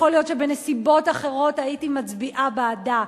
יכול להיות שבנסיבות אחרות הייתי מצביעה בעדה,